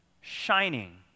shining